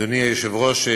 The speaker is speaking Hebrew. אדוני היושב-ראש,